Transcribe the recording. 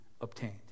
obtained